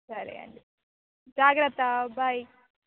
సరే అండి జాగ్రత్త బాయ్